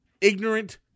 Ignorant